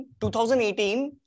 2018